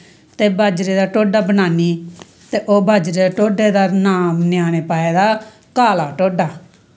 ते बाज्जरे दा ढोडा बनाने ते ओह् बाजरे दे ढोडे दा नांऽ ञ्याणैं पाए दा काला ढोडा